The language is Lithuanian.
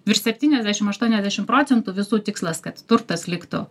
virš septyniasdešim aštuoniasdešim procentų visų tikslas kad turtas liktų